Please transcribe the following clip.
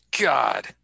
God